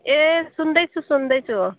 ए सुन्दैछु सुन्दैछु